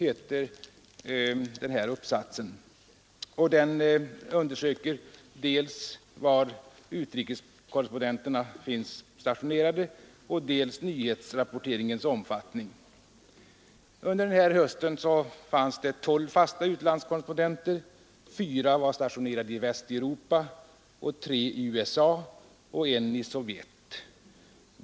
Analysen anger dels var utlandskorrespondenterna finns stationerade, dels nyhetsrapporteringens omfattning. Under den period undersökningen omfattar hade Sveriges Radio sammanlagt 12 fasta utlandskorrespondenter. Av dessa var fyra stationerade i Västeuropa, tre i USA och en i Sovjet.